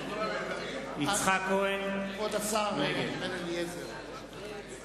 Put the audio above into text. נגד יצחק כהן, נגד